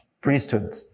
priesthood